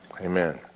Amen